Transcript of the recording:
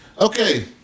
Okay